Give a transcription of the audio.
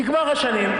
נגמר השנים.